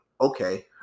okay